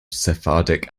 sephardic